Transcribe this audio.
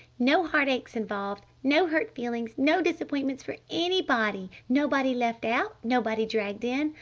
no heart aches involved, no hurt feelings, no disappointments for anybody! nobody left out! nobody dragged in!